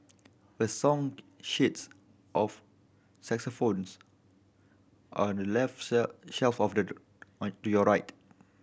a song sheets of xylophones are left shelf of the to your right